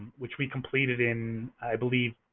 which we completed in, i believe,